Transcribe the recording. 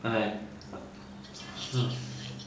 buy lah